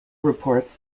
reports